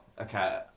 okay